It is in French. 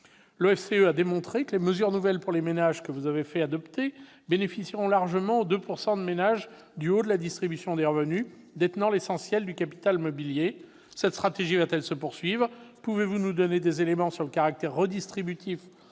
l'OFCE, a démontré que les mesures nouvelles pour les ménages que vous avez fait adopter profiteront largement aux 2 % de ménages les mieux lotis au regard de la distribution des revenus, qui détiennent l'essentiel du capital mobilier. Cette stratégie sera-t-elle poursuivie ? Pouvez-vous nous donner des éléments sur le caractère redistributif